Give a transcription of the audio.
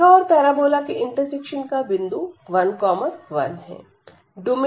रेखा और पैराबोला के इंटरसेक्शन का बिंदु 11है